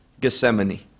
gethsemane